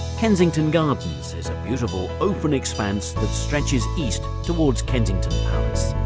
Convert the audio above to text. kensington gardens is a beautiful open expanse that stretches east towards kensington